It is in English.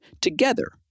Together